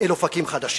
אל אופקים חדשים.